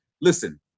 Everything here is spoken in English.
listen